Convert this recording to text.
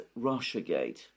Russiagate